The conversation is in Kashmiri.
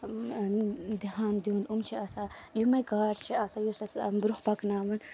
دِہان دیُن یِم چھِ آسان یِمے کار چھِ آسان یُس اَسہِ برونہہ پَکناون